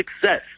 success